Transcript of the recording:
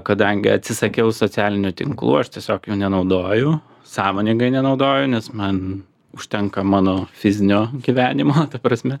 kadangi atsisakiau socialinių tinklų aš tiesiog jų nenaudoju sąmoningai nenaudoju nes man užtenka mano fizinio gyvenimo prasme